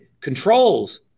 controls